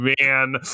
man